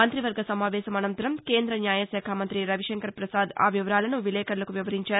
మంతి వర్గ సమావేశం అనంతరం కేంద్ర న్యాయశాఖ మంత్రి రవిశంకర్ ప్రసాద్ ఆవివరాలను విలేకర్లకు వివరించారు